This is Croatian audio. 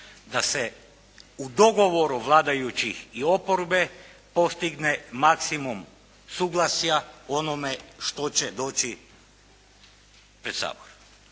da se u dogovoru vladajućih i oporbe postigne maksimum suglasja onome što će doći pred Sabor.